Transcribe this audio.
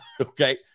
Okay